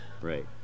right